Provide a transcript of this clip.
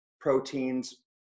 proteins